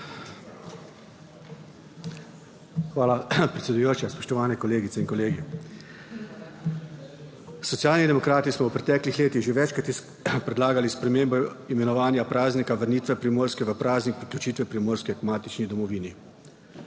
Hvala, predsedujoča. Spoštovani kolegice in kolegi. Socialni demokrati smo v preteklih letih že večkrat predlagali spremembo imenovanja praznika vrnitve Primorske v praznik priključitve Primorske k matični domovini.